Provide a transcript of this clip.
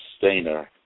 sustainer